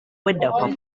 window